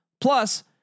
Plus